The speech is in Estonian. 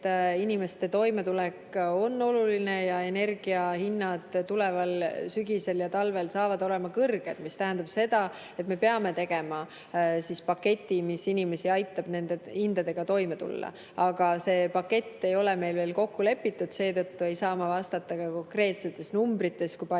inimeste toimetulek on oluline ja energiahinnad saavad tuleval sügisel ja talvel olema kõrged, mis tähendab seda, et me peame tegema paketi, mis aitab inimestel nende hindadega toime tulla. See pakett ei ole meil veel kokku lepitud, seetõttu ei saa ma vastata konkreetsete numbritega, kui palju